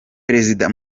perezida